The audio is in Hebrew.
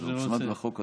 זה מוצמד לחוק הזה,